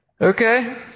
Okay